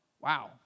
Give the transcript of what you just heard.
Wow